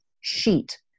sheet